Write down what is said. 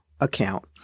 account